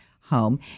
home